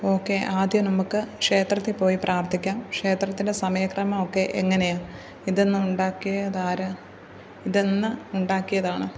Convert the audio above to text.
okay ആദ്യം നമുക്ക് ക്ഷേത്രത്തിൽ പോയി പ്രാർത്ഥിക്കാം ക്ഷേത്രത്തിൻ്റെ സമയക്രമമൊക്കെ എങ്ങനെയാണ് ഇതെന്ന് ഉണ്ടാക്കിയത് ആരാണ് ഇതെന്ന് ഉണ്ടാക്കിയതാണ്